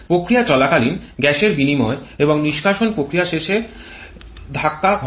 প্রক্রিয়া চলাকালীন গ্যাসের বিনিময় এবং নিষ্কাশন প্রক্রিয়া শেষে ধাক্কা ঘটে